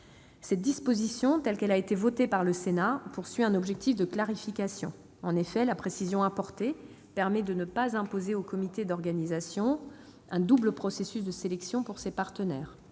La disposition, telle qu'elle a été adoptée par le Sénat, poursuit un objectif de clarification. En effet, la précision apportée permet de ne pas imposer au Comité d'organisation des jeux Olympiques, le COJO, un double processus de sélection pour ses partenaires.